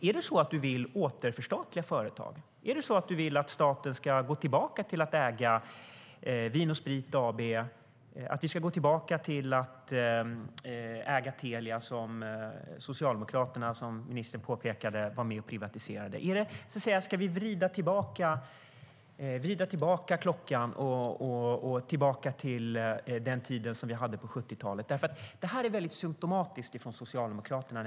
Är det så att du vill du återförstatliga företag? Vill du att staten ska gå tillbaka till att äga Vin & Sprit AB och att vi ska gå tillbaka till att äga Telia som Socialdemokraterna - som ministern påpekade - var med och privatiserade? Ska vi vrida tillbaka klockan till hur vi hade det på 1970-talet? Detta är nämligen symtomatiskt för Socialdemokraterna.